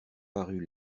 parut